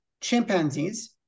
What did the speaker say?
chimpanzees